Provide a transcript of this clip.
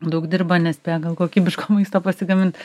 daug dirba nespėja gal kokybiško maisto pasigamint